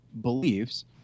beliefs